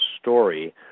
story